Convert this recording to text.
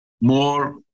more